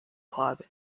club